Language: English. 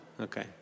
Okay